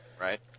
right